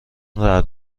رعد